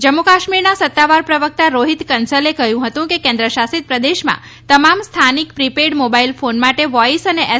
જમ્મુ કાશ્મીરના સત્તાવાર પ્રવક્તા રોહિત કન્સલે કહ્યું હતું કે કેન્દ્ર શાસિત પ્રદેશમાં તમામ સ્થાનિક પ્રિ પેઈડ મોબાઈલ ફોન માટે વોઈસ અને એસ